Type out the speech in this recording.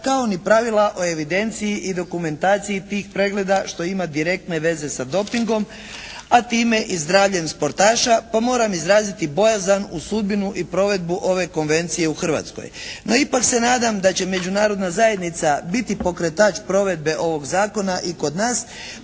kao ni pravila o evidenciji i dokumentaciji tih pregleda što ima direktne veze sa dopingom, a time i zdravljem sportaša pa moram izraziti bojazan u sudbinu i provedbu ove konvencije u Hrvatskoj. No ipak se nadam da će međunarodna zajednica biti pokretač provedbe ovog zakona i kod nas,